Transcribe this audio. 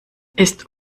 ist